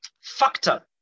factor